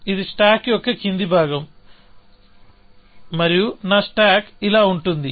ఇది స్టాక్ యొక్క కిందభాగం మరియు నా స్టాక్ ఇలా ఉంటుంది